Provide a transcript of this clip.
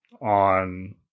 on